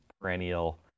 perennial